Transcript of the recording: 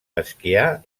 esquiar